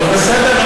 בסדר,